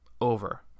over